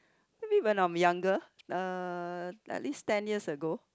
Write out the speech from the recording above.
maybe when I'm younger uh at least ten years ago